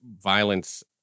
violence